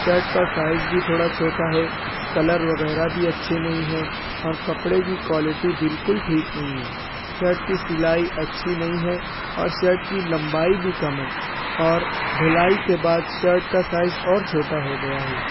shirt کا size بھی تھوڑا چھوٹا ہے کلر وغیرہ بھی اچھے نہیں ہیں اور کپڑے کی کوالیٹی بالکل ٹھیک نہیں ہے شرٹ کی سیلائی اچھی نہیں ہے اور شرٹ کی لمبائی بھی کم ہے اور دُھلائی کے بعد شرٹ کا سائز اور چھوٹا ہو گیا ہے